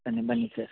ಬನ್ನಿ ಬನ್ನಿ ಸರ್